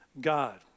God